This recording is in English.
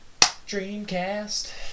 Dreamcast